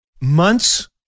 Months